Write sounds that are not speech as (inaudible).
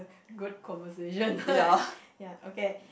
good conversation (laughs) ya okay